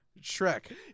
Shrek